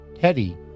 Teddy